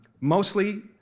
Mostly